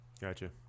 Gotcha